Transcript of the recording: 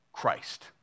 Christ